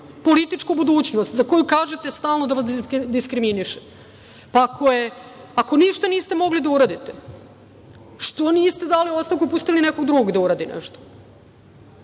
političku budućnost za koju kažete stalno da vas diskriminiše? Ako ništa niste mogli da uradite, što niste dali ostavku i pustili nekog drugog da uradi nešto? Mi